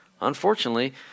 Unfortunately